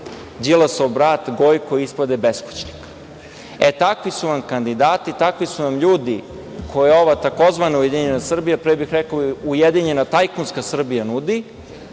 Đilasov brat Gojko ispade beskućnik. E takvi su vam kandidati, takvi su vam ljudi koje ova tzv. „Ujedinjena Srbija“, pre bih rekao ujedinjena tajkunska Srbija nudi,